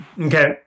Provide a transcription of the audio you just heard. Okay